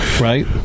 right